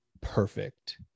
perfect